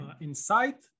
Insight